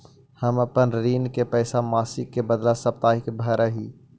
हम अपन ऋण के पैसा मासिक के बदला साप्ताहिक भरअ ही